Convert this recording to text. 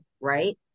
Right